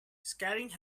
scaring